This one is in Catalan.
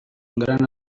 gran